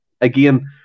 again